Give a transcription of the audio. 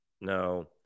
no